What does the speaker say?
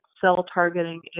cell-targeting